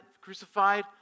crucified